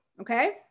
Okay